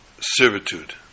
servitude